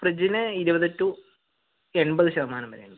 ഫ്രിഡ്ജിന് ഇരുപത് ടു എൺപത് ശതമാനം വരെയുണ്ട്